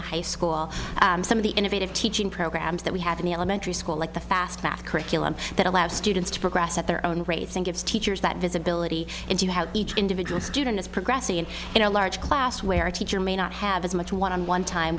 the high school some of the innovative teaching programs that we have in the elementary school like the fast math curriculum that allow students to progress at their own rates and gives teachers that visibility into how each individual student is progressing and in a large class where a teacher may not have as much one on one time